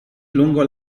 lungo